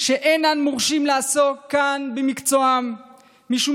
שאינם מורשים לעסוק כאן במקצועם משום